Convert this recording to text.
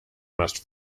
must